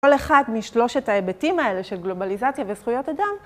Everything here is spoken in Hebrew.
כל אחד משלושת ההיבטים האלה של גלובליזציה וזכויות אדם.